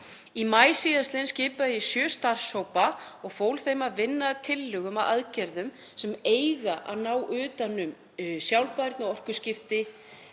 Í maí síðastliðnum skipaði ég sjö starfshópa og fól þeim að vinna að tillögum að aðgerðum sem eiga að ná utan um sjálfbærni og orkuskipti,